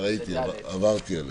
יש עוד הערות?